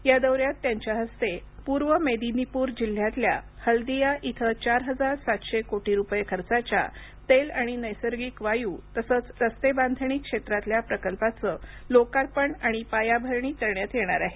या दौऱ्यात त्यांच्या हस्ते पूर्व मेदिनीपूर जिल्ह्यातल्या हल्दिया इथं चार हजार सातशे कोटी रुपये खर्चाच्या तेल आणि नैसर्गिक वायू तसंच रस्ते बांधणी क्षेत्रातल्या प्रकल्पांचं लोकार्पण आणि पायाभरणी करण्यात येणार आहे